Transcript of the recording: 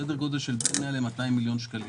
בסדר גודל של בין 100 200 מיליון שקלים,